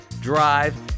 drive